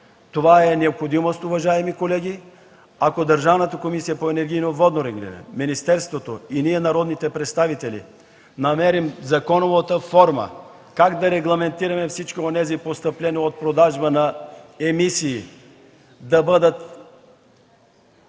това е необходимост. Ако Държавната комисия по енергийно и водно регулиране, министерството и ние, народните представители, намерим законовата форма как да регламентираме всички онези постъпления от продажба на емисии, да бъдат